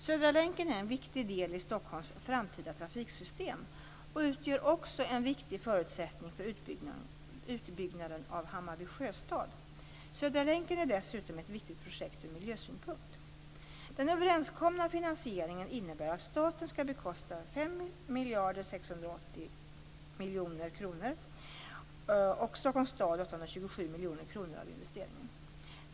Södra länken är en viktig del i Stockholms framtida trafiksystem och utgör också en viktig förutsättning för utbyggnaden av Hammarby Sjöstad. Södra länken är dessutom ett viktigt projekt ur miljösynpunkt. Den överenskomna finansieringen innebär att staten skall bekosta 5 680 miljoner kronor och Stockholms stad 827 miljoner kronor av investeringen.